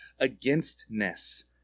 Againstness